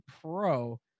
pro